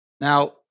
Now